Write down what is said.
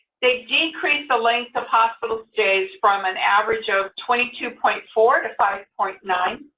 they decreased the length of hospital stays from an average of twenty two point four to five point nine.